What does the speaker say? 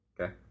Okay